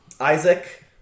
Isaac